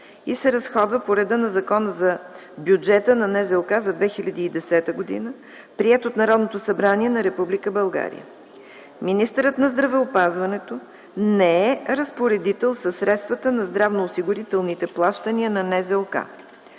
и се разходва по реда на Закона за бюджета на НЗОК за 2010 г., приет от Народното събрание на Република България. Министърът на здравеопазването не е разпоредител със средствата на здравноосигурителните плащания на НЗОК.